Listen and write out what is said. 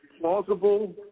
plausible